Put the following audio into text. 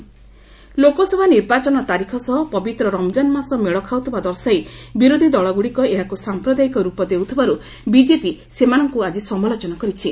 BJP Ramadan Lok Sabha ନିର୍ବାଚନ ତାରିଖ ସହ ପବିତ୍ର ରମ୍ଜାନ୍ ମାସ ମେଳ ଖାଉଥିବା ଦର୍ଶାଇ ବିରୋଧୀ ଦଳଗୁଡ଼ିକ ଏହାକୁ ସାମ୍ପ୍ରଦାୟିକ ରୂପ ଦେଉଥିବାରୁ ବିଜେପି ସେମାନଙ୍କୁ ଆଜି ସମାଲୋଚନା କରିଛି